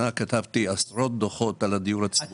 כתבתי עשרות דוחות על הדיור הציבורי.